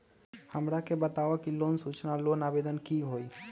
हमरा के बताव कि लोन सूचना और लोन आवेदन की होई?